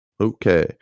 Okay